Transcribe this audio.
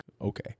Okay